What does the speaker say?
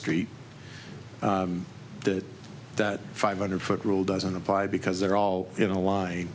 street that that five hundred foot rule doesn't apply because they're all in a line